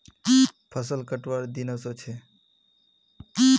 फसल कटवार दिन व स छ